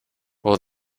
will